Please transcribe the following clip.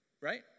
Right